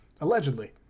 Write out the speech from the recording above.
allegedly